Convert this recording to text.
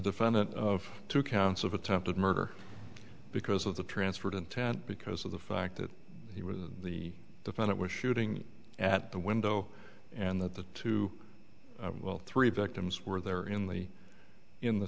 defendant of two counts of attempted murder because of the transferred intent because of the fact that he was the defendant was shooting at the window and that the two well three victims were there in the in the